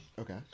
Okay